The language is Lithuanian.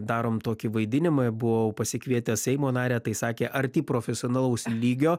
darom tokį vaidinimą buvau pasikvietęs seimo narę tai sakė arti profesionalaus lygio